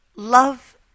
Love